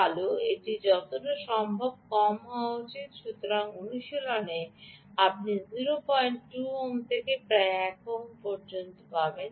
ভাল এটি যতটা সম্ভব কম হওয়া উচিত তবে অনুশীলনে আপনি 02 ওহম থেকে প্রায় 1 ওম পাবেন